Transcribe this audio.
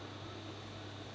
like I